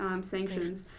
sanctions